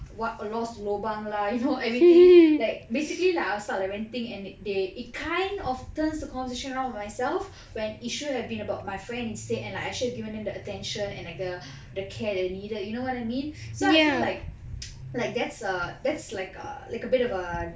what a lost lobang lah you know everything like basically like I'll start lamenting and they it kind of turns the conversation all about myself when it should have been about my friend instead and like I should have given them the attention and like the the care that they needed you know what I mean so I feel like like that's err that's like a like a bit of a